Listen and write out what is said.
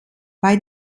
bei